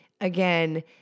again